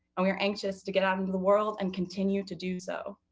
and we're anxious to get out into the world and continue to do so.